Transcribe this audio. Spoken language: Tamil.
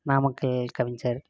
நாமக்கல் கவிஞர்